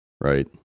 Right